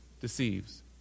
Deceives